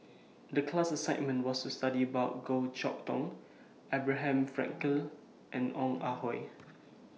The class assignment was to study about Goh Chok Tong Abraham Frankel and Ong Ah Hoi